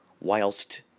whilst